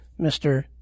mr